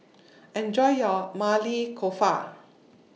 Enjoy your Maili Kofta